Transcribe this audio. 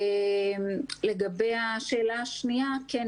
לגבי השאלה השנייה כן,